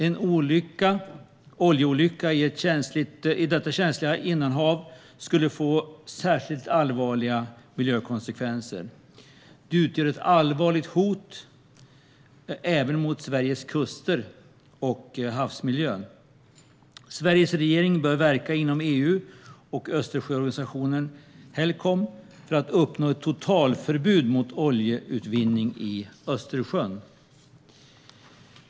En oljeolycka i detta känsliga innanhav skulle få särskilt allvarliga miljökonsekvenser. Det utgör ett allvarligt hot även mot Sveriges kuster och havsmiljö. Sveriges regering bör verka inom EU och Östersjöorganisationen Helcom för att uppnå ett totalförbud mot oljeutvinning i Östersjön.